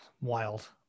wild